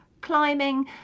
climbing